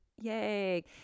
yay